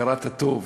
הכרת הטוב